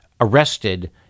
arrested